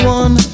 one